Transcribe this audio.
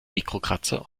mikrokratzer